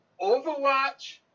Overwatch